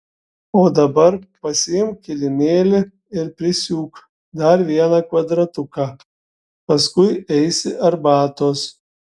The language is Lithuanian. o dabar pasiimk kilimėlį ir prisiūk dar vieną kvadratuką paskui eisi arbatos